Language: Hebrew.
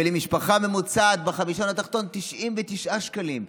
ולמשפחה ממוצעת בחמישון העליון 99 שקלים.